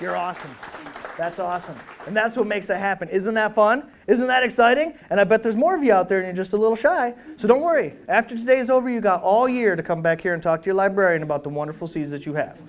you're awesome that's awesome and that's what makes it happen isn't that fun isn't that exciting and i bet there's more of you out there and just a little shy so don't worry after today's over you go all year to come back here and talk to a librarian about the wonderful seeds that you have